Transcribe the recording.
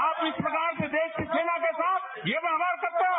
आप इस प्रकार से देश की सेवा के साथ ये व्यवहार करते हो